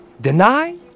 Deny